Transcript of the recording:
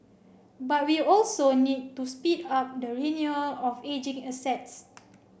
but we also need to speed up the renewal of ageing assets